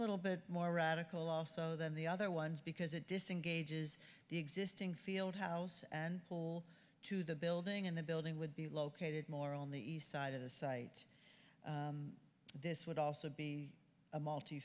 little bit more radical also than the other ones because it disengage is the existing field house and hole to the building and the building would be located more on the east side of the site this would also be a multi